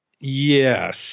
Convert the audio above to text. Yes